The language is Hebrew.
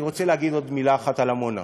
אני רוצה להגיב עוד מלה אחת על עמונה.